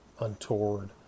untoward